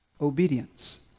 obedience